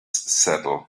saddle